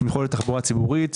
תמיכות בתחבורה ציבורית,